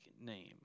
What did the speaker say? name